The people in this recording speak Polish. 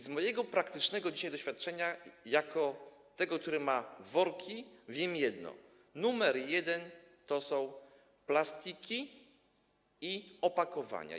Z mojego praktycznego dzisiaj doświadczenia jako tego, który ma worki, wiem jedno: nr 1 to są plastiki i opakowania.